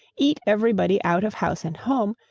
eat everybody out of house and home,